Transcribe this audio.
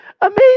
amazing